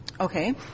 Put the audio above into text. Okay